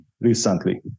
recently